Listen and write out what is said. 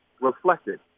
reflected